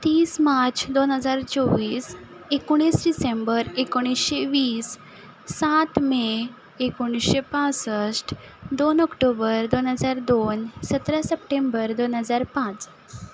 तीस मार्च दोन हजार चोवीस एकुणीस डिसेंबर एकुणशे वीस सात मे एकुणशे बासश्ट दोन ऑक्टोबर दोन हजार दोन सतरा सप्टेंबर दोन हजार पांच